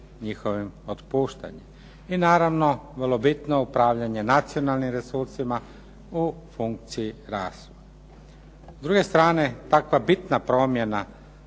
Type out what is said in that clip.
njihovim otpuštanjem. I naravno, vrlo bitno upravljanje nacionalnim resursima u funkciji .../Govornik se ne razumije./... S druge strane, takva bitna promjena